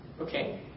Okay